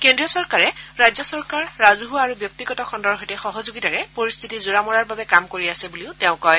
কেন্দ্ৰীয় চৰকাৰে ৰাজ্য চৰকাৰ ৰাজহুৱা আৰু ব্যক্তিগত খণুৰ সৈতে সহযোগিতাৰে পৰিস্থিতি জোৰা মৰাৰ বাবে কাম কৰি আছে বুলিও তেওঁ কয়